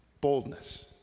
boldness